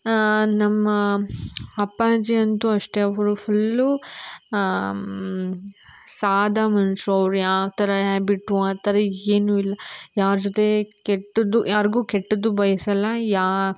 ನಮ್ಮ ಅಪ್ಪಾಜಿ ಅಂತೂ ಅಷ್ಟೇ ಅವರು ಫುಲ್ಲು ಸಾದಾ ಮನುಷ್ರು ಅವ್ರು ಯಾವ ಥರ ಹ್ಯಾಬಿಟ್ಟು ಆ ಥರ ಏನೂ ಇಲ್ಲ ಯಾರ ಜೊತೆ ಕೆಟ್ಟದ್ದು ಯಾರಿಗೂ ಕೆಟ್ಟದ್ದು ಬಯ್ಸೋಲ್ಲ ಯಾ